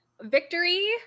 victory